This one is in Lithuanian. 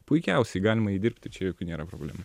puikiausiai galima jį dirbti čia jokių nėra problemų